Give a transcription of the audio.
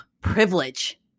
privilege